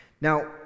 Now